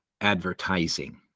advertising